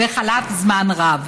וחלף זמן רב.